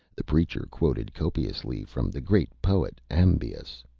the preacher quoted copiously from the great poet amebius.